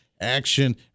action